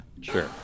Sure